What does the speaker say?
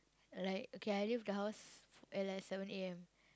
like okay I leave the house at like seven A_M